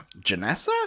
Janessa